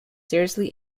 seriously